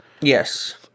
Yes